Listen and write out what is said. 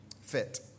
fit